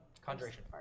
Conjuration